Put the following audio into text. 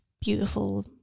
beautiful